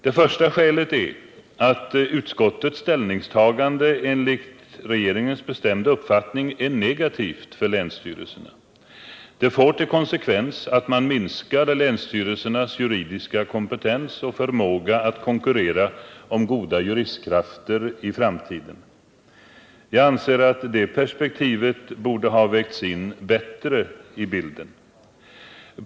Det första skälet är att utskottets ställningstagande, enligt regeringens bestämda uppfattning, är negativt för länsstyrelserna. Det får till konsekvens att man i framtiden minskar länsstyrelsernas juridiska kompetens och förmåga att konkurrera om goda juristkrafter. Jag anser att det perspektivet bättre borde ha fått komma med i bilden.